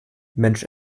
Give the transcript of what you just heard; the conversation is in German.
mensch